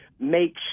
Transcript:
make